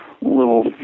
little